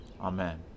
Amen